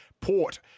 Port